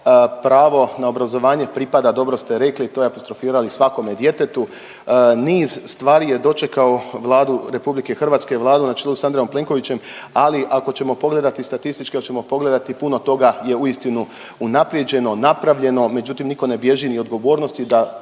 pravo na obrazovanje pripada, dobro ste rekli i to apostrofirali, svakome djetetu. Niz stvari je dočekao Vladu RH, Vladu na čelu s Andrejom Plenkovićem, ali ako ćemo pogledati statističke, oćemo pogledati puno toga, je uistinu unaprjeđeno, napravljeno, međutim niko ne bježi ni od odgovornosti da,